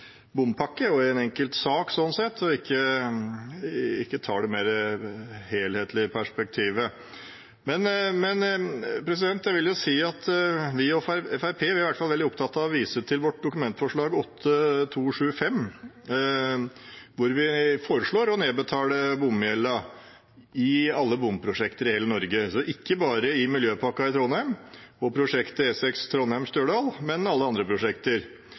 og én enkelt sak og ikke tar det mer helhetlige perspektivet. Vi i Fremskrittspartiet er veldig opptatt av å vise til vårt representantforslag, Dokument 8:275 S for 2020–2021, hvor vi foreslår å nedbetale bompengegjelden i alle bompengeprosjekter i hele Norge, ikke bare i Miljøpakken Trondheim og på prosjektet E6 Trondheim–Stjørdal, men på alle andre prosjekter.